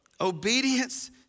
Obedience